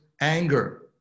anger